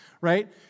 right